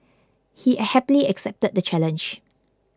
he happily accepted the challenge